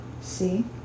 See